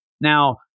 now